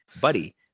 buddy